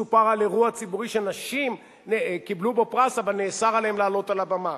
סופר על אירוע ציבורי שנשים קיבלו בו פרס אבל נאסר עליהן לעלות על הבמה.